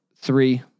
three